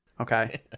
Okay